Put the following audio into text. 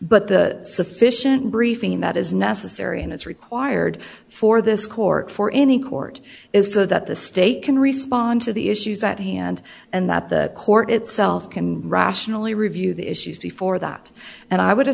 but the sufficient briefing that is necessary and it's required for this court for any court is so that the state can respond to the issues at hand and that the court itself can rationally review the issues before that and i would